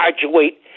graduate